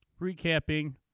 recapping